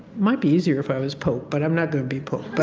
might be easier if i was pope. but i'm not going to be pope. but,